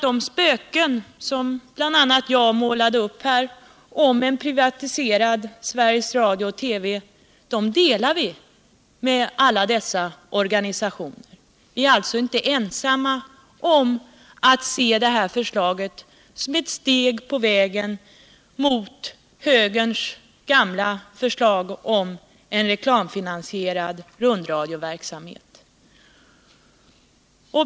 De spöksyner som bl.a. jag målade upp här i form av en privatiserad radio och TV delar vi nämligen med alla dessa organisationer. Vi är alltså inte ensamma om att se det här förslaget som ett steg på vägen mot högerns gamla idé om en reklamfinansierad rundradioverksamhet.